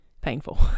painful